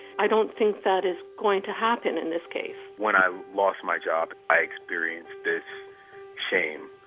i don't think that is going to happen in this case when i lost my job, i experienced this shame.